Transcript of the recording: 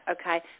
okay